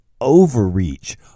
overreach